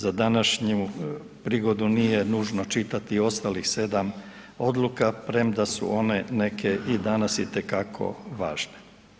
Za današnju prigodu nije nužno čitati ostalih 7 odluka premda su one neke i danas itekako važne.